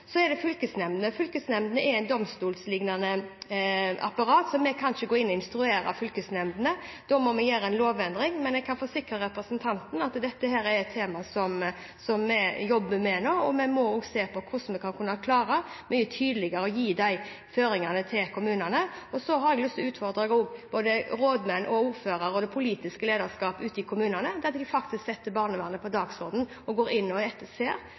Så til fylkesnemndene: De er et domstollignende apparat, så vi kan ikke gå inn og instruere fylkesnemndene. Da må vi gjøre en lovendring. Men jeg kan forsikre representanten om at dette er et tema som vi jobber med nå, og vi må også se på hvordan vi mye tydeligere kan klare å gi de føringene til kommunene. Jeg har lyst til å utfordre både rådmenn, ordførere og det politiske lederskap ute i kommunene til faktisk å sette barnevernet på dagsordenen og til at de går inn og ser